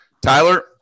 Tyler